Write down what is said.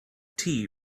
tea